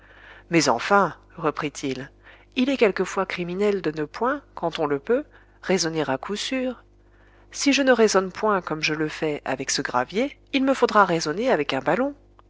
mais enfin reprit-il il est quelquefois criminel de ne point quand on le peut raisonner à coup sûr si je ne raisonne point comme je le fais avec ce gravier il me faudra raisonner avec un ballon